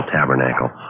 Tabernacle